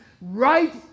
right